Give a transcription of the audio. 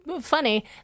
Funny